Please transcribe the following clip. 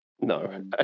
No